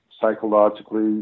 psychologically